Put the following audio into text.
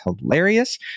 hilarious